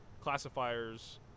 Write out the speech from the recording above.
classifiers